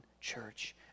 church